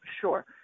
sure